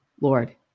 Lord